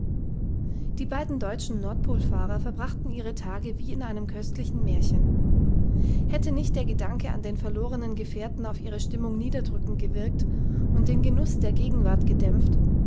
die beiden deutschen nordpolfahrer verbrachten ihre tage wie in einem köstlichen märchen hätte nicht der gedanke an den verlorenen gefährten auf ihre stimmung niederdrückend gewirkt und den genuß der gegenwart gedämpft